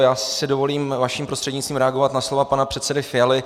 Já si dovolím vaším prostřednictvím reagovat na slova pana předsedy Fialy.